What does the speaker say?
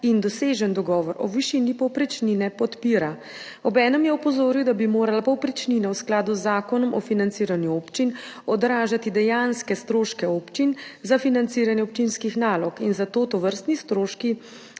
in doseženi dogovor o višini povprečnine podpira. Obenem je opozoril, da bi morala povprečnina v skladu z Zakonom o financiranju občin odražati dejanske stroške občin za financiranje občinskih nalog in zato tovrstni stroški